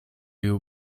you